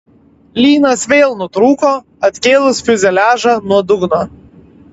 lynas vėl nutrūko atkėlus fiuzeliažą nuo dugno